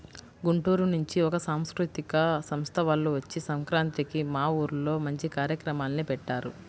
గుంటూరు నుంచి ఒక సాంస్కృతిక సంస్థ వాల్లు వచ్చి సంక్రాంతికి మా ఊర్లో మంచి కార్యక్రమాల్ని పెట్టారు